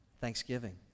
Thanksgiving